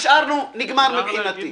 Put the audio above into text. נגמר מבחינתי.